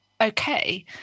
okay